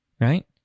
right